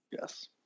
Yes